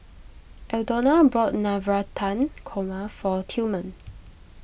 Aldona bought Navratan Korma for Tillman